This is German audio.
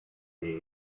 der